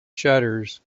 shutters